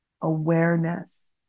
awareness